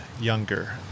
younger